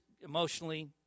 emotionally